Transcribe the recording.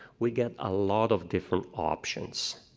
we get a lot of different options.